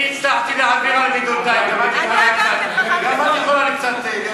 אם אני הצלחתי להעביר על מידותי גם את יכולה קצת להיות בשקט.